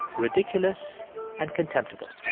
ridiculous and contemptible.